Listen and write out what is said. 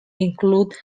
include